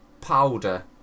powder